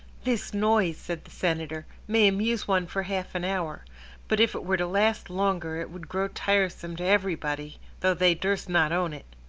this noise, said the senator, may amuse one for half an hour but if it were to last longer it would grow tiresome to everybody, though they durst not own it.